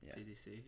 CDC